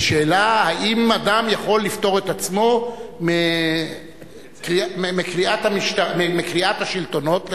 לשאלה האם אדם יכול לפטור את עצמו מקריאת השלטונות לחקירה.